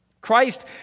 Christ